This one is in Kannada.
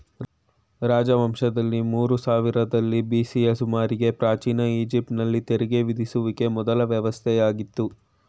ರಾಜವಂಶದಲ್ಲಿ ಮೂರು ಸಾವಿರರಲ್ಲಿ ಬಿ.ಸಿಯ ಸುಮಾರಿಗೆ ಪ್ರಾಚೀನ ಈಜಿಪ್ಟ್ ನಲ್ಲಿ ತೆರಿಗೆ ವಿಧಿಸುವಿಕೆ ಮೊದ್ಲ ವ್ಯವಸ್ಥೆಯಾಗಿತ್ತು